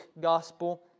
gospel